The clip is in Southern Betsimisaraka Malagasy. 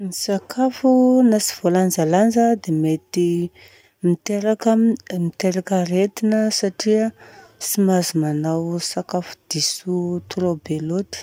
Ny sakafo na tsy voalanjalanja dia mety miteraka, miteraka aretina satria tsy mahazo manao sakafo diso trop be loatra.